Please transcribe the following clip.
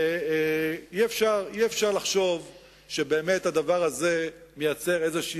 ואי-אפשר לחשוב שבאמת הדבר הזה מייצר איזושהי